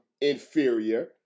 inferior